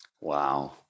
Wow